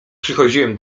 przychodziłem